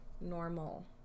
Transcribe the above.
normal